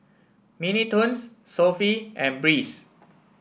Mini Toons Sofy and Breeze